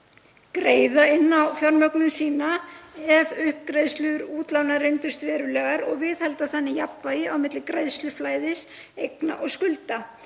greiða inn á fjármögnun sína ef uppgreiðslur útlána reyndust verulegar og viðhalda þannig jafnvægi á milli greiðsluflæðis eigna og skulda.